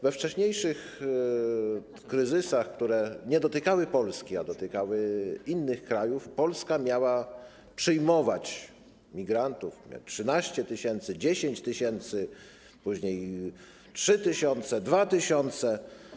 We wcześniejszych kryzysach, które nie dotykały Polski, a dotykały innych krajów Polska miała przyjmować migrantów -13 tys., 10 tys. później 3 tys. czy 2 tys.